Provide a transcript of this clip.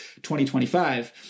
2025